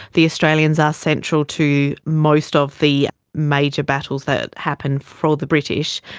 the australians are central to most of the major battles that happened for the british,